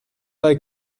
bei